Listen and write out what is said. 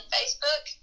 Facebook